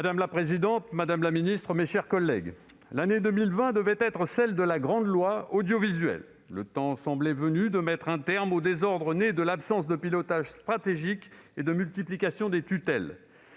Madame la présidente, madame la ministre, mes chers collègues, l'année 2020 devait être celle de la « grande loi » audiovisuelle. Le temps semblait venu de mettre un terme aux désordres nés de l'absence de pilotage stratégique et de la multiplication des tutelles.